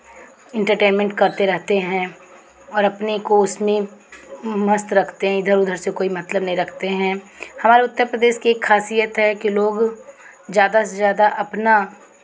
entertainment करते रहते हैं और अपने को उसमें मस्त रखते हैं इधर उधर से कोई मतलब नहीं रखते हैं हमारे उत्तर प्रदेश की एक खासियत है कि लोग ज़्यादा से ज़्यादा अपना